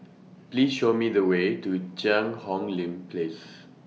Please Show Me The Way to Cheang Hong Lim Place